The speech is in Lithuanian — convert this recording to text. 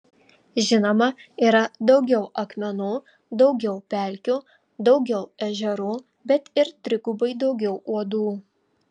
žinoma yra daugiau akmenų daugiau pelkių daugiau ežerų bet ir trigubai daugiau uodų